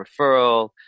referral